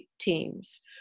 teams